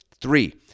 Three